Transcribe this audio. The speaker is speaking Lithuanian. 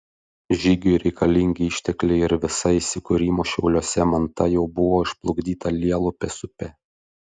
žygiui reikalingi ištekliai ir visa įsikūrimo šiauliuose manta jau buvo išplukdyta lielupės upe